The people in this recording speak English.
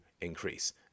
increase